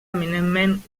eminentment